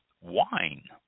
wine